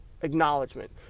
acknowledgement